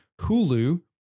Hulu